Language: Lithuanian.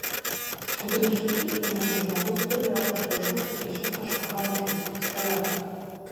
o priešaky einantis žmogus turėjo už diržo užsikišęs kažką panašaus į pistoletą